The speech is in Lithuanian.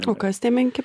o kas tie menki